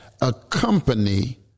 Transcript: accompany